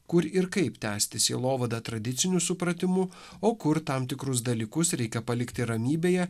kur ir kaip tęsti sielovadą tradiciniu supratimu o kur tam tikrus dalykus reikia palikti ramybėje